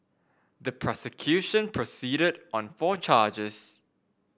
the prosecution proceeded on four charges